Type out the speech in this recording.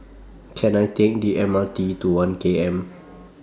Can I Take The M R T to one K M